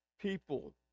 people